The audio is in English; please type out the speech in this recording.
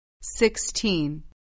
Sixteen